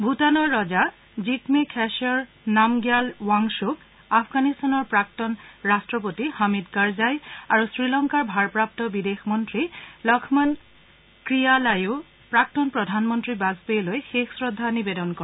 ভূটানৰ ৰজা জিকমে খেচৰ নামগ্যায়াল ৱাংচুক আফগানিস্তানৰ প্ৰাক্তন ৰাট্টপতি হামিদ কাৰজাই আৰু শ্ৰীলংকাৰ ভাৰপ্ৰাপু বিদেশ মন্ত্ৰী লক্ষ্মণ ক্ৰিয়ালাইও প্ৰাক্তন প্ৰধানমন্ত্ৰী বাজপেয়ীলৈ শেষ শ্ৰদ্ধা নিবেদন কৰে